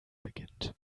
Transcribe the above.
beginnt